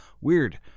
weird